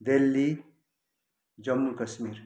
Delhi Jammu Kashmir